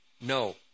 no